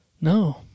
No